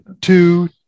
two